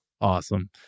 Awesome